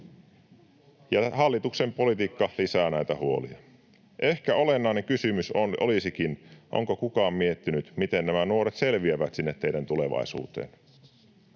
Hallituksen politiikka lisää näitä huolia. Ehkä olennainen kysymys olisikin: onko kukaan miettinyt, miten nämä nuoret selviävät sinne teidän tulevaisuuteen?